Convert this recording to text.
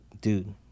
dude